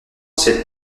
cette